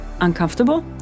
uncomfortable